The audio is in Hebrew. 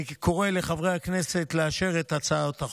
אני קורא לחברי הכנסת לאשר את הצעת החוק.